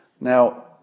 Now